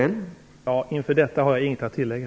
Herr talman! Inför detta har jag ingenting att tillägga.